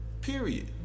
Period